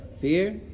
fear